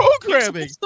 programming